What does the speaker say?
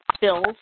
bills